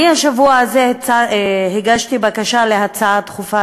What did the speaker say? אני הגשתי השבוע הזה בקשה להצעה דחופה